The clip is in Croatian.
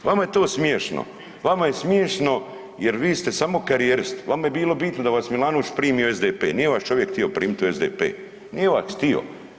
Vama je to smješno, vama je smješno jer vi ste samo karijerist, vama je bilo bitno da vas Milanović primi u SDP, nije vas čovjek htio primit u SDP, nije vas htio.